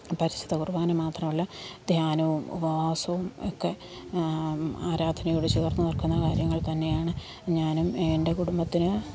പരിശുദ്ധ കുർബാന മാത്രമല്ല ധ്യാനവും ഉപവാസവും ഒക്കെ ആരാധനയോട് ചേർന്നു നിൽക്കുന്ന കാര്യങ്ങൾ തന്നെയാണ് ഞാനും എൻ്റെ കുടുംബത്തിന്